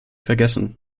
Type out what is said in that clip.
vergessen